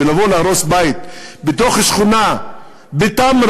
לבוא להרוס בית בתוך שכונה בתמרה,